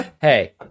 Hey